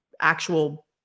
actual